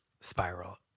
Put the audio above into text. spiral